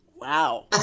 Wow